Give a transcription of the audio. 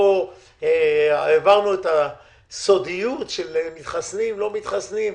העברנו את הסודיות של המתחסנים והלא מתחסנים,